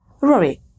Rory